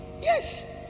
Yes